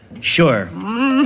sure